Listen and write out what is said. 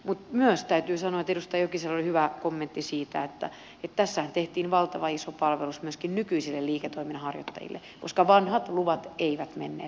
mutta myös täytyy sanoa että edustaja jokisella oli hyvä kommentti siitä että tässähän tehtiin valtavan iso palvelus myöskin nykyisille liiketoiminnan harjoittajille koska vanhat luvat eivät menneet kaupan